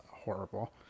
horrible